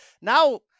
Now